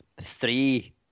three